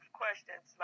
questions